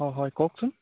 অঁ হয় কওকচোন